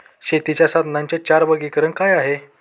शेतीच्या साधनांचे चार वर्गीकरण काय आहे?